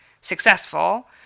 successful